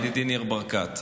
ידידי ניר ברקת,